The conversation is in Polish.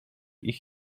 ich